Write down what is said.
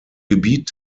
gebiet